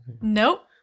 Nope